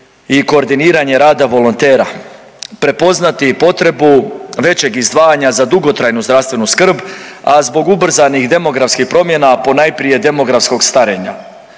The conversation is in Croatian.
i koordiniranje rada volontera. Prepoznati i potrebu većeg izdvajanja za dugotrajnu zdravstvenu skrb, a zbog ubrzanih demografskih promjena, ponajprije demografskog starenja.